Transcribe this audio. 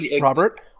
Robert